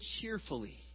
cheerfully